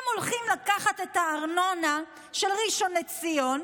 הם הולכים לקחת את הארנונה של ראשון לציון,